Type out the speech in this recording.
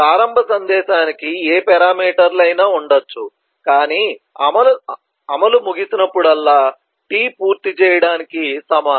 ప్రారంభ సందేశానికి ఏ పేరామీటర్లు అయినా ఉండవచ్చు కానీ అమలు ముగిసినప్పుడల్లా t పూర్తి చేయడానికి సమానం